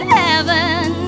heaven